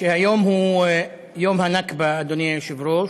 שהיום הוא יום הנכבה, אדוני היושב-ראש.